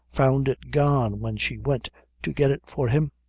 found it gone when she went to get it for him.